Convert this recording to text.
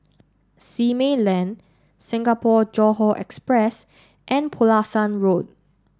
Simei Lane Singapore Johore Express and Pulasan Road